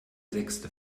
sechste